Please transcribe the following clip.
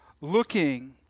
looking